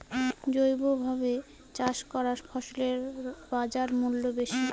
জৈবভাবে চাষ করা ফসলের বাজারমূল্য বেশি